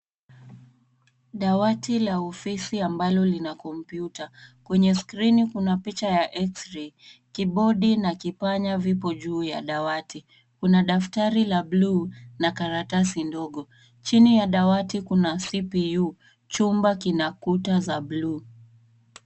Dawati la ofisi ambalo lina kompyuta. Kwenye skrini kuna picha ya X-ray . Kibodi na kipanya vipo juu ya dawati. Kuna daftari la bluu na karatasi ndogo. Chini ya dawati kuna CPU . Chumba kina kuta za bluu.